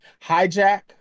Hijack